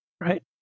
right